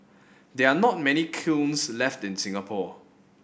there are not many kilns left in Singapore